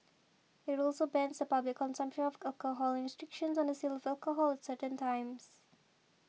it also bans the public consumption of alcohol restrictions on the sale of alcohol at certain times